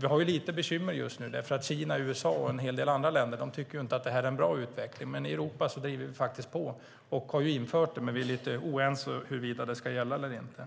Vi har lite bekymmer just nu eftersom Kina, USA och en hel del andra länder inte tycker att det är en bra utveckling. Men vi driver faktiskt på i Europa och har infört det, fast vi är lite oense om huruvida det ska gälla eller inte.